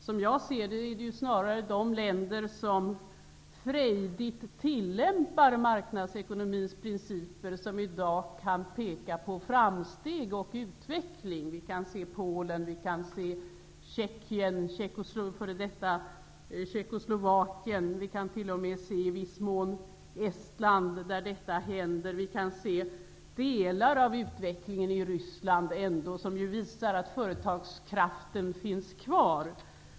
Som jag ser det är det snarare de länder som frejdigt tillämpar marknadsekonomins principer som i dag kan peka på framsteg och utveckling. Vi kan se på Polen och Tjeckien, f.d. Tjeckoslovakien. Vi kan t.o.m. i viss mån se på Estland, där detta händer. Vi kan se delar av utvecklingen i Ryssland, vilket ändå visar att företagskraften finns kvar.